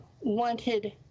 wanted